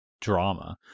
drama